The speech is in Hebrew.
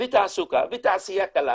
ותעסוקה ותעשייה קלה